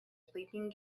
sleeping